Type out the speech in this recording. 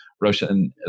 Roshan